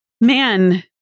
man